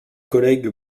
collègue